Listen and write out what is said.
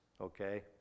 okay